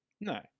No